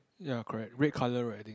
ya correct red colour right I think